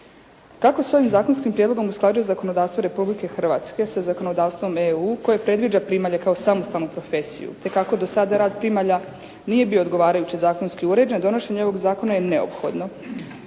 Kako se s ovim zakonskim prijedlogom usklađuje zakonodavstvo Republike Hrvatske sa zakonodavstvom EU koje predviđa primalje kao samostalnu profesiju te kako do sada rad primalja nije bio odgovarajuće zakonski uređen donošenje ovog zakona je neophodno.